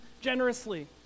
generously